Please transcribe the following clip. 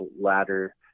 latter